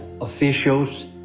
officials